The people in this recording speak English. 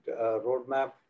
roadmap